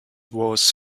was